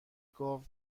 گاو